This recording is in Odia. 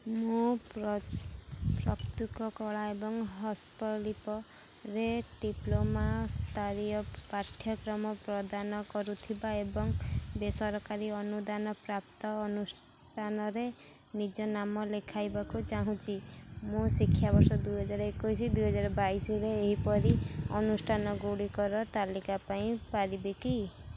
ମୁଁ ପ୍ରତୁକ କଳା ଏବଂ ହସ୍ତଲିପରେ ଡିପ୍ଲୋମା ସ୍ତରୀୟ ପାଠ୍ୟକ୍ରମ ପ୍ରଦାନ କରୁଥିବା ଏବଂ ବେସରକାରୀ ଅନୁଦାନ ପ୍ରାପ୍ତ ଅନୁଷ୍ଠାନରେ ନିଜ ନାମ ଲେଖାଇବାକୁ ଚାହୁଁଛି ମୁଁ ଶିକ୍ଷାବର୍ଷ ଦୁଇ ହଜାର ଏକୋଇଶି ଦୁଇ ହଜାର ବାଇଶିରେ ଏହିପରି ଅନୁଷ୍ଠାନ ଗୁଡ଼ିକର ତାଲିକା ପାଇଁ ପାରିବି କି